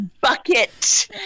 bucket